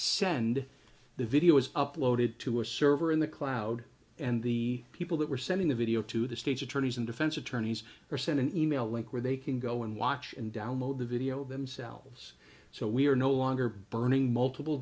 send the video was uploaded to a server in the cloud and the people that were sending the video to the states attorneys and defense attorneys are sent an e mail link where they can go and watch and download the video themselves so we are no longer burning multiple